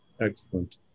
Excellent